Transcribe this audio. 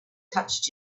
touched